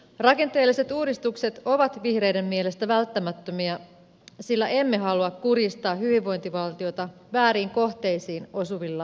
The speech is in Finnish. rakenteelliset uudistukset ovat vihreiden mielestä välttämättömiä sillä emme halua kurjistaa hyvinvointivaltioita vääriin kohteisiin osuvilla leikkauksilla